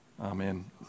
Amen